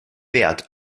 wert